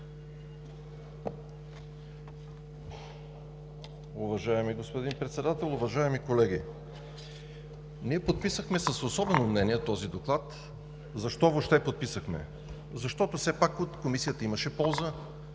Уважаеми господин Председател, уважаеми колеги! Ние подписахме с „особено мнение“ този доклад. Защо въобще подписахме? Защото все пак от Комисията имаше полза.